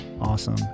awesome